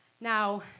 Now